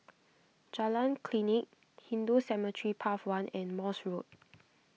Jalan Klinik Hindu Cemetery Path one and Morse Road